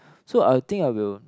so I'll think I will